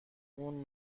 اون